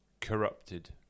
corrupted